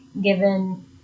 given